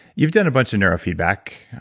you've done a bunch of neurofeedback.